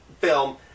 film